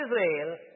Israel